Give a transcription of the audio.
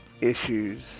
issues